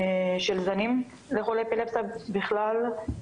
של זנים לחולי אפילפסיה בכלל.